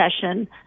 session